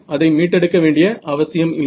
அதை மீட்டெடுக்க வேண்டிய அவசியம் இல்லை